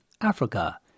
Africa